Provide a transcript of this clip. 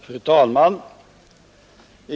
Fru talman!